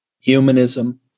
humanism